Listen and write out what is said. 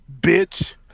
bitch